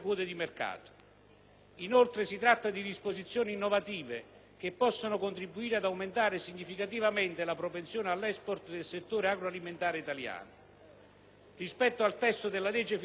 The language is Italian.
Inoltre, si tratta di disposizioni innovative, che possono contribuire ad aumentare significativamente la propensione all'*export* del settore agroalimentare italiano. Rispetto al testo della legge finanziaria 2007,